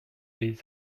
les